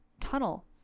tunnel